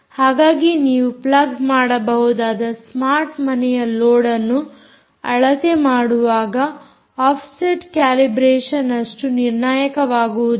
ಹಾಗಾಗಿ ನೀವು ಪ್ಲಗ್ ಮಾಡಬಹುದಾದ ಸ್ಮಾರ್ಟ್ ಮನೆಯ ಲೋಡ್ಅನ್ನು ಅಳತೆ ಮಾಡುವಾಗ ಆಫ್ಸೆಟ್ ಕ್ಯಾಲಿಬ್ರೇಷನ್ ಅಷ್ಟು ನಿರ್ಣಾಯಕವಾಗುವುದಿಲ್ಲ